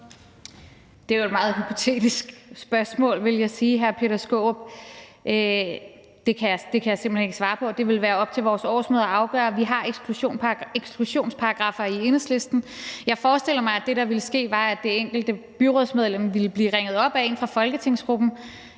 Det er jo et meget hypotetisk spørgsmål, vil jeg sige, hr. Peter Skaarup. Det kan jeg simpelt hen ikke svare på. Det ville være op til vores årsmøde at afgøre. Vi har eksklusionsparagraffer i Enhedslisten. Jeg forestiller mig, at det, der ville ske, var, at det enkelte byrådsmedlem ville blive ringet op af en fra folketingsgruppen